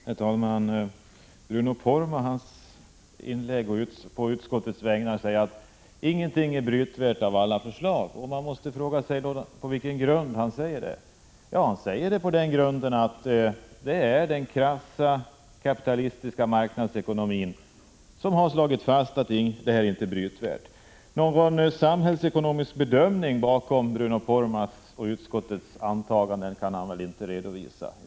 Herr talman! Bruno Poromaa säger på utskottets vägnar när det gäller förslagen om gruvbrytning att ingenting av dessa fyndigheter är brytvärt. Man måste fråga sig på vilken grund han säger detta. Ja, han säger det på den grunden att den krassa kapitalistiska marknadsekonomin har slagit fast att detta inte är brytvärt. Någon samhällsekonomisk bedömning bakom sina egna och utskottets antaganden kan Bruno Poromaa inte redovisa.